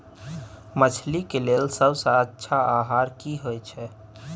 मछली के लेल सबसे अच्छा आहार की होय छै?